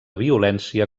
violència